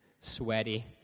sweaty